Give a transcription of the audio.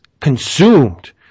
consumed